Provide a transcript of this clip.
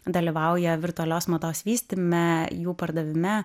dalyvauja virtualios mados vystyme jų pardavime